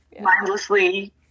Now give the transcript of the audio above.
mindlessly